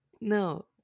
No